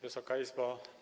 Wysoka Izbo!